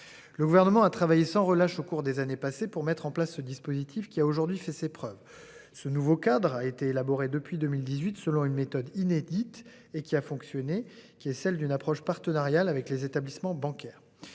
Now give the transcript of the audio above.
Le gouvernement a travaillé sans relâche au cours des années passées pour mettre en place ce dispositif qui a aujourd'hui fait ses preuves. Ce nouveau cadre a été élaboré depuis 2018 selon une méthode inédite et qui a fonctionné, qui est celle d'une approche partenariale avec les établissements bancaires,